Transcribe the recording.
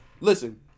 listen